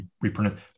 reprint